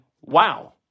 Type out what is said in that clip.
wow